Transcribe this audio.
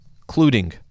including